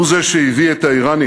הוא זה שהביא את האיראנים